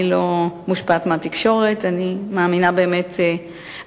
אני לא מושפעת מהתקשורת, אני באמת מאמינה בעשייה.